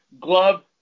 glove